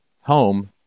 home